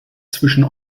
zwischen